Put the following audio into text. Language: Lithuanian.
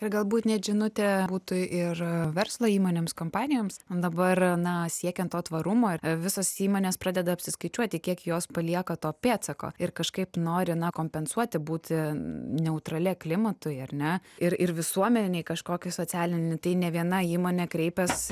ir galbūt net žinutė būtų ir verslo įmonėms kompanijoms dabar na siekiant to tvarumo ir visos įmonės pradeda apsiskaičiuoti kiek jos palieka to pėdsako ir kažkaip nori na kompensuoti būti neutralia klimatui ar ne ir ir visuomenei kažkokį socialinį tai ne viena įmonė kreipiasi